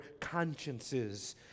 consciences